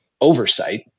oversight